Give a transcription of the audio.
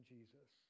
Jesus